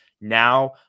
Now